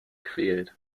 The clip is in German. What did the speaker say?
quält